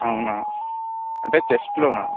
అవునా అంటే చెస్ట్లోనా